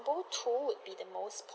two would be the most